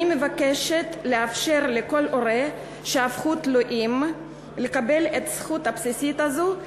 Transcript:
אני מבקשת לאפשר להורה שהפך תלוי לקבל את הזכות הבסיסית הזאת,